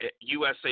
USA